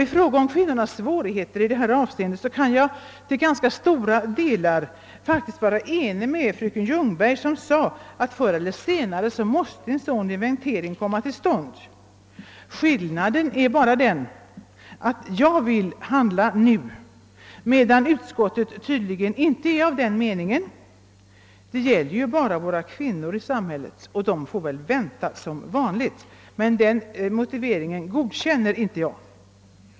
I fråga om kvinnornas svårigheter i detta avseende kan jag till ganska stora delar faktiskt vara enig med' fröken Ljungberg som sade att en sådan inventering förr eller senare måste komma till stånd. Skillnaden är bara den att jag vill handla nu, medan utskottet tydligen inte är av den meningen. Det gäller ju »bara» våra kvinnor i samhället, och de får väl vänta som vanligt. Men den motiveringen godkänner inte jag.